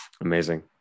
Amazing